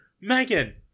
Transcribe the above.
Megan